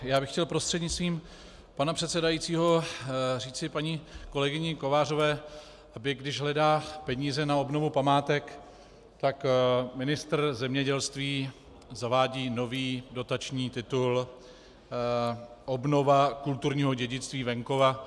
Já bych chtěl prostřednictvím pana předsedajícího říci paní kolegyni Kovářové, aby když hledá peníze na obnovu památek, tak ministr zemědělství zavádí nový dotační titul obnova kulturního dědictví venkova.